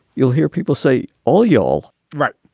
you'll hear people say all y'all right.